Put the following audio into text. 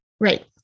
Right